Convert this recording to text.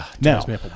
Now